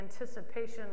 anticipation